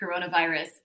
coronavirus